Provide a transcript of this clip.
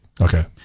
okay